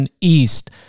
East